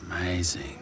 amazing